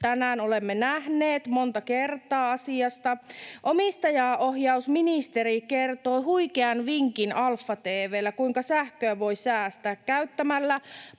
Tänään olemme nähneet monta kertaa asiasta. Omistajaohjausministeri kertoo AlfaTV:llä huikean vinkin, kuinka sähköä voi säästää käyttämällä